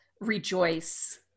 rejoice